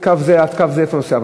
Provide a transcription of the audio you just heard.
קו זה, לאיפה נוסע?